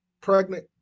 pregnant